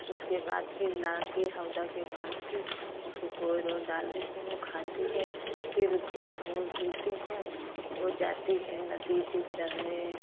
उसके बाद फिर लाके हौदा के बांध के उसको कोई रोल डाल देती हूँ खाती है फिर उसको छोड़ देती हूँ और जाती है नदी पे चरने